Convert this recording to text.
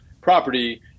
property